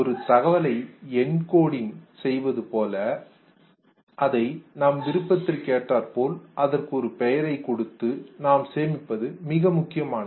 ஒரு தகவலை என்கோடிங் குறியாக்க செய்வது போல் அதை நாம் விருப்பத்திற்கு ஏற்றாற்போல் அதற்கு ஒரு பெயரை கொடுத்து நாம் சேமிப்பது மிக முக்கியமானது